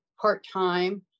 part-time